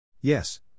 Yes